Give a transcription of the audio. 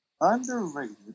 Underrated